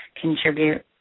contribute